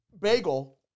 bagel